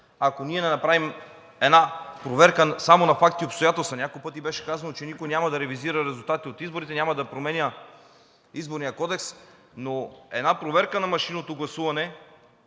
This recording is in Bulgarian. Ако ние не направим проверка само на факти и обстоятелства – няколко пъти беше казано, че никой няма да ревизира резултатите от изборите, няма да променя Изборния кодекс, но една проверка на машинното гласуване,